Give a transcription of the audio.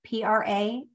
PRA